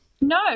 No